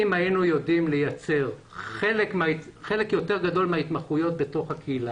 אם היינו יודעים לייצר חלק יותר גדול מההתמחויות בתוך הקהילה,